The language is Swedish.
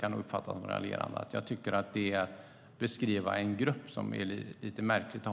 kan uppfattas som raljerande, är att det är ett märkligt sätt att beskriva en grupp.